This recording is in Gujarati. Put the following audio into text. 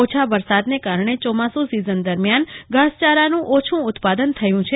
ઓછા વરસાદને કારણે ચોમાસુ સીઝન દરમિયાન ઘાસચારાનું ઓછું ઉત્પાદન થયું છે